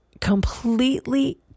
completely